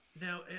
Now